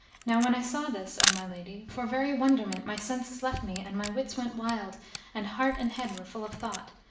now when i saw this, o my lady, for very wonderment my senses left me and my wits went wild and heart and head were full of thought,